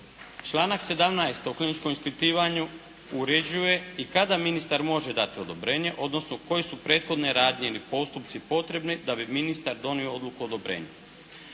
Članak 17. o kliničkom ispitivanju uređuje i kada ministar može dati odobrenje, odnosno koje su prethodne radnje ili postupci potrebni da bi ministar donio odluku o odobrenju.